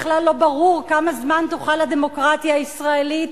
בכלל לא ברור כמה זמן תוכל הדמוקרטיה הישראלית